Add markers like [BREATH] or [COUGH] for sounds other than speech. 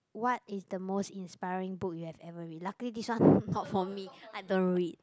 what is the most inspiring book you have ever read luckily this one [BREATH] not for me I don't read